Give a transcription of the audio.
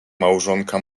małżonka